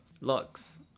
looks